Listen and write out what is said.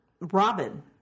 Robin